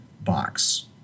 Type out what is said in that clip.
box